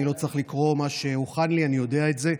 אני לא צריך לקרוא מה שהוכן לי, אני יודע את זה.